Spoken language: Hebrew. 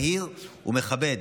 מהיר ומכבד